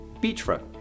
beachfront